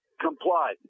comply